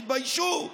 תתביישו.